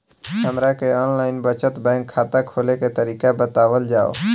हमरा के online बचत बैंक खाता खोले के तरीका बतावल जाव?